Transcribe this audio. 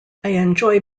enjoy